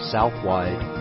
Southwide